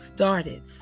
Started